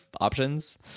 options